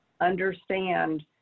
understand